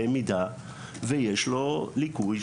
במידה ויש לו ליקוי,